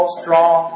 strong